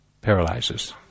paralyzes